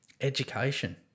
education